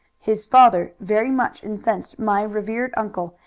his father very much incensed my revered uncle,